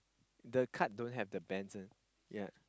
the card don't have the bends [one] ya